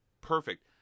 Perfect